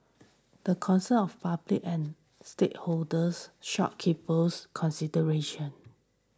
the concerns of public and stakeholders shopkeepers consideration